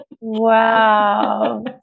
Wow